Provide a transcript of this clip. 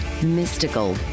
mystical